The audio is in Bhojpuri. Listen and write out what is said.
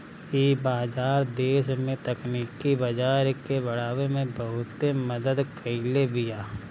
इ बाजार देस में तकनीकी बाजार के बढ़ावे में बहुते मदद कईले बिया